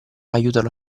aiutano